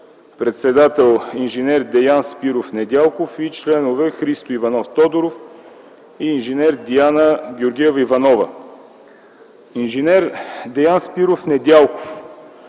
председател инж. Деян Спиров Недялков, и членове Христо Иванов Тодоров и инж. Диана Георгиева Иванова. Инженер Деян Спиров Недялков